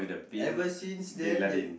ever since then they